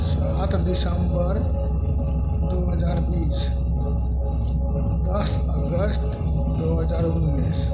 सात दिसम्बर दू हजार बीस दश अगस्त दू हजार उन्नैस